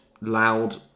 loud